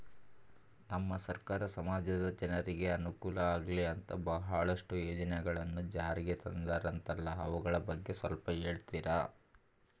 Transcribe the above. ನಮ್ಮ ಸರ್ಕಾರ ಸಮಾಜದ ಜನರಿಗೆ ಅನುಕೂಲ ಆಗ್ಲಿ ಅಂತ ಬಹಳಷ್ಟು ಯೋಜನೆಗಳನ್ನು ಜಾರಿಗೆ ತಂದರಂತಲ್ಲ ಅವುಗಳ ಬಗ್ಗೆ ಸ್ವಲ್ಪ ಹೇಳಿತೀರಾ?